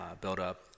buildup